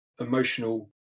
emotional